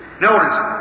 Notice